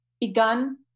begun